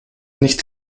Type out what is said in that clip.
nicht